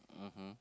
mmhmm